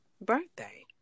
birthday